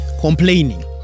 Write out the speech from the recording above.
complaining